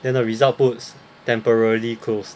then the result puts temporarily closed